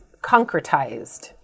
concretized